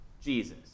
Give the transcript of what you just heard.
Jesus